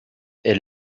est